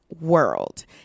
world